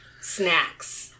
Snacks